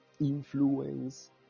influence